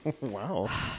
Wow